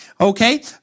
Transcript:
Okay